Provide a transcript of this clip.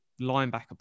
linebacker